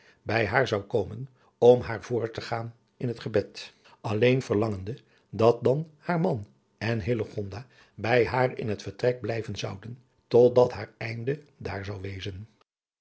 bij haar zou komen om haar voor te gaan in het gebed alleen verlangende dat dan haar man en hillegonda bij haar in het vertrek blijven zouden totdat haar einde daar zou wezen